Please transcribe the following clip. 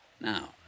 Now